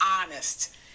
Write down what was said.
honest